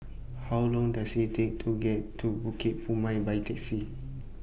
How Long Does IT Take to get to Bukit Purmei By Taxi